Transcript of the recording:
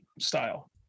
style